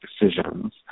decisions